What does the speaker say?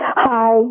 Hi